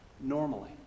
normally